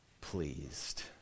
pleased